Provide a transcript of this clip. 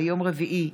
ביום רביעי,